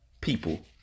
People